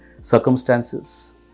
circumstances